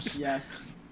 Yes